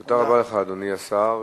תודה רבה לך, אדוני השר.